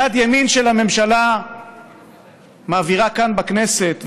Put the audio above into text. יד ימין של הממשלה מעבירה כאן בכנסת ונלחמת,